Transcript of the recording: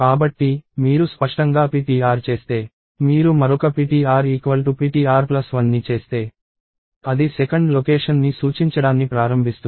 కాబట్టి మీరు స్పష్టంగా ptr చేస్తే మీరు మరొక ptr ptr 1 ని చేస్తే అది 2nd లొకేషన్ ని సూచించడాన్ని ప్రారంభిస్తుంది